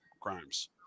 crimes